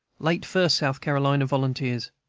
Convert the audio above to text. late first south carolina volunteers,